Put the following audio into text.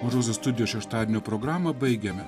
mažosios studijos šeštadienio programą baigiame